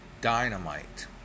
Dynamite